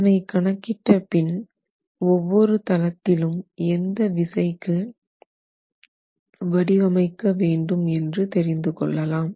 இதனை கணக்கிட்ட பின் ஒவ்வொரு தளத்திலும் எந்த விசைக்கு வடிவமைக்க வேண்டும் என்று தெரிந்துகொள்ளலாம்